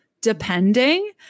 depending